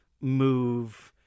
move